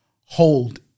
hold